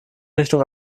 richtung